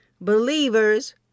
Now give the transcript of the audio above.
believers